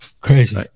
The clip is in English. Crazy